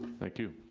thank you.